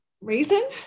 reason